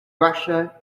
russia